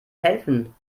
helfen